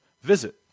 visit